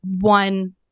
one